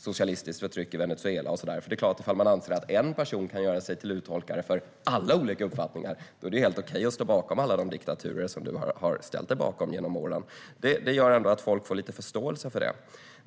socialistiskt förtryck i Venezuela och så där. Om du anser att en person kan göra sig till uttolkare för alla olika uppfattningar är det klart att det är helt okej att stå bakom alla de diktaturer som du har ställt dig bakom genom åren, Ali Esbati. Det gör kanske att folk får lite förståelse för det.